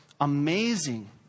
amazing